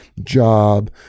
job